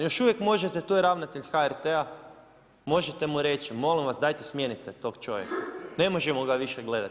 Još uvijek možete tu je ravnatelj HRT-a možete mu reći molim vas, dajte smijenite tog čovjeka, ne možemo ga više gledati.